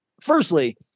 firstly